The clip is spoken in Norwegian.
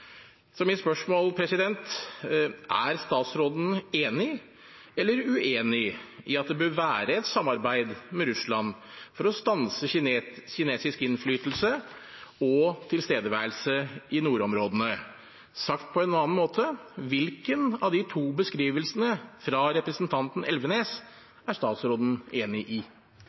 Så mitt spørsmål er: Er statsråden enig eller uenig i at det bør være et samarbeid med Russland for å stanse kinesisk innflytelse og tilstedeværelse i nordområdene? Sagt på en annen måte: Hvilken av de to beskrivelsene fra representanten Elvenes er statsråden enig i?